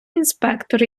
інспектор